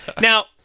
Now